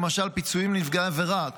למשל פיצויים לנפגעי עבירה.